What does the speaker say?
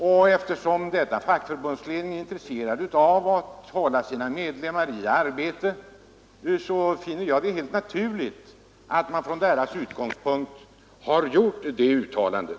Och eftersom fackförbundets ledning är intresserad av att hålla sina medlemmar i arbete, finner jag det helt naturligt att den från sin utgångspunkt har gjort detta uttalande.